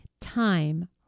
time